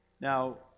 Now